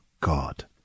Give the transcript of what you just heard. God